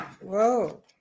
Whoa